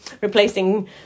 replacing